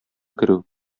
керү